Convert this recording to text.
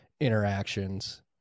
interactions